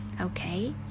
Okay